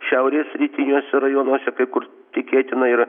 šiaurės rytiniuose rajonuose kai kur tikėtina ir